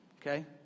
Okay